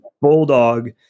Bulldog